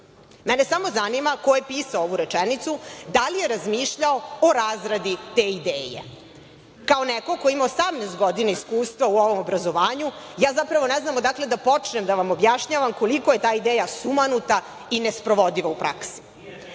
Mene samo zanima ko je pisao ovu rečenicu, da li je razmišljao o razradi te ideje. Kao neko ko ima 18 godina iskustva u obrazovanju, ja zapravo ne znam odakle da počnem da vam objašnjavam koliko je ta ideja sumanuta i nesprovodiva u praksi. Odlazak